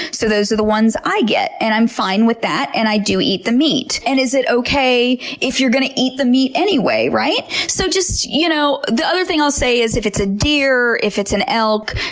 so those are the ones i get and i'm fine with that, and i do eat the meat. and is it okay if you're going to eat the meat anyway, right? so you know the other thing i'll say is, if it's a deer, if it's an elk,